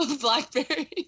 Blackberry